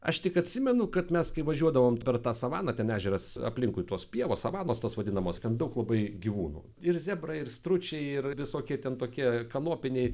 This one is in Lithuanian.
aš tik atsimenu kad mes kai važiuodavom per tą savaną ten ežeras aplinkui tos pievos savanos tos vadinamos ten daug labai gyvūnų ir zebrai ir stručiai ir visokie ten tokie kanopiniai